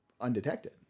undetected